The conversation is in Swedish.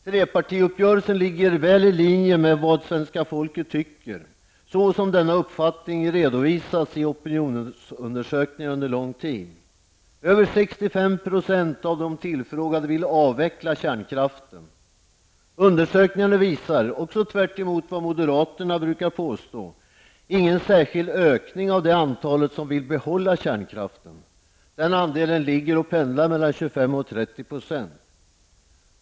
Trepartiuppgörelsen ligger väl i linje med vad svenska folket tycker, såsom denna uppfattning redovisats i opinionsundersökningar under lång tid. Över 65 % av de tillfrågade vill avveckla kärnkraften. Undersökningarna visar, också tvärtemot vad moderaterna brukar påstå, ingen särskild ökning av det antal som vill behålla kärnkraften. Den andelen ligger och pendlar mellan 25 och 30 %.